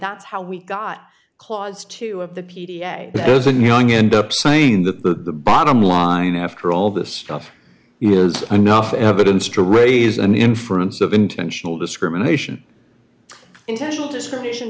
that's how we got clause two of the p t a as a young end up saying that the bottom line after all this stuff is enough evidence to raise an inference of intentional discrimination intentional discrimination